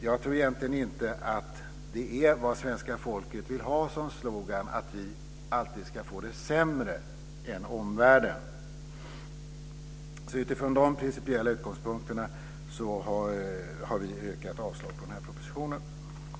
Jag tror inte att det är vad svenska folket vill ha som slogan, att vi alltid ska få det sämre än omvärlden. Utifrån de principiella utgångspunkterna har vi yrkat avslag på propositionen.